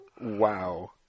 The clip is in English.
Wow